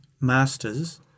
masters